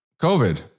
COVID